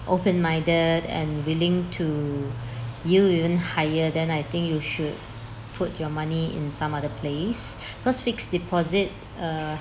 open-minded and willing to yield even higher then I think you should put your money in some other place cause fixed deposit err